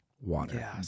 water